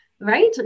right